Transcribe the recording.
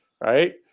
right